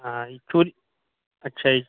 चो अच्छा